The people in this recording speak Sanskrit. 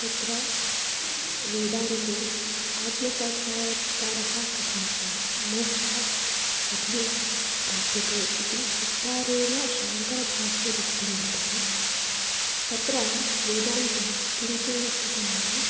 तत्र वेदान्ते आत्मसाक्षात्कारः कथं स्यात् मोक्षः कथं प्राप्यते इति विस्तारेण शाङ्करभाष्ये लिखितं वर्तते तत्र वेदान्ते किं किं वर्तते नाम